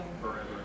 Forever